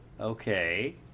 Okay